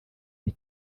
n’i